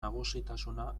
nagusitasuna